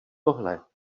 tohle